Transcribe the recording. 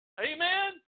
Amen